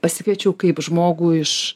pasikviečiau kaip žmogų iš